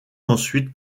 ensuite